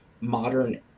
modern